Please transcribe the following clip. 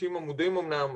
60 עמודים אמנם,